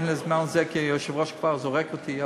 אין לי זמן לזה כי היושב-ראש כבר זורק אותי.